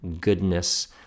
goodness